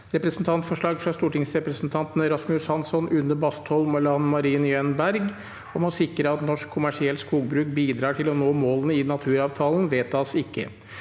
Representantforslag fra stortingsrepresentantene Rasmus Hansson, Une Bastholm og Lan Marie Nguyen Berg om å sikre at norsk kommersielt skogbruk bidrar til å nå målene i naturavtalen – vedtas ikke.